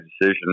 decision